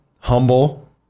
humble